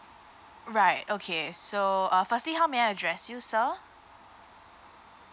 right okay so uh firstly how may I address you sir